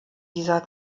dieser